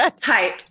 Type